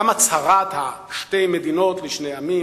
גם הצהרת שתי מדינות לשני עמים,